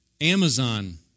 Amazon